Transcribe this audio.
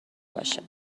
باشه